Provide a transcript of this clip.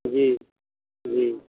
जी जी